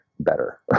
better